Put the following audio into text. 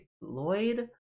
Lloyd